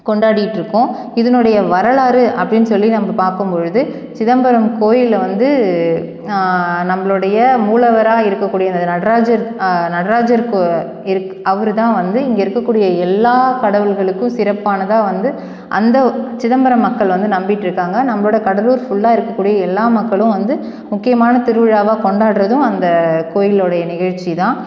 கொண்டாடிகிட்ருக்கோம் இதனுடைய வரலாறு அப்படின்னு சொல்ல நம்ம பார்க்கும்பொழுது சிதம்பரம் கோயிலில் வந்து நம்மளுடைய மூலவராக இருக்கக்கூடிய இந்த நடராஜர் நடராஜர் கோ இருக் அவர்தான் வந்து இங்கே இருக்கக்கூடிய எல்லா கடவுள்களுக்கும் சிறப்பானதாக வந்து அந்த சிதம்பரம் மக்கள் வந்து நம்பிகிட்ருக்காங்க நம்மளோட கடலூர் ஃபுல்லாக இருக்கக்கூடிய எல்லா மக்களும் வந்து முக்கியமான திருவிழாவா கொண்டாடுகிறதும் அந்த கோயிலோடைய நிகழ்ச்சி தான்